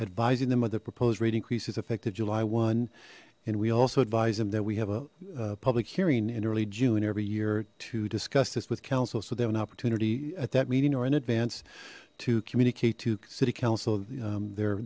advising them on the proposed rate increases effective july one and we also advise them that we have a public hearing in early june every year to discuss this with council so they have an opportunity at that meeting or in advance to communicate to city council there their